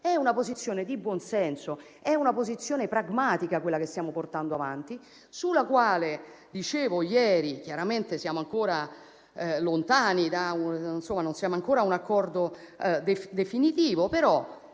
È una posizione di buon senso. È una posizione pragmatica quella che stiamo portando avanti, sulla quale, come dicevo ieri, siamo ancora lontani, non siamo ancora ad un accordo definitivo, ma